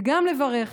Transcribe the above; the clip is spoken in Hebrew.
ואני אברך